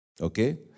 Okay